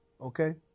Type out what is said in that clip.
Okay